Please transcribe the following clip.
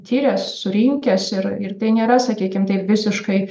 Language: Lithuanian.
tyręs surinkęs ir ir tai nėra sakykim taip visiškai